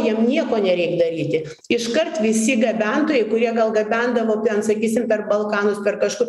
jam nieko nereik daryti iškart visi gabentojai kurie gal gabendavo ten sakysim per balkanus per kažkur